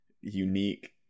unique